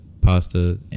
pasta